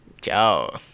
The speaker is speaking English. Ciao